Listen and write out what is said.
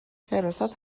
حراست